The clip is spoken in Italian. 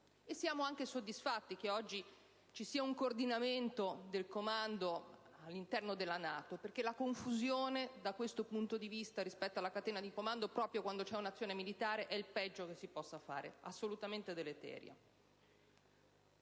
siamo anche soddisfatti che oggi ci sia un coordinamento del comando all'interno della Nato, perché la confusione rispetto alla catena di comando proprio quando c'è un'azione militare è il peggio che si possa fare: è assolutamente deleterio.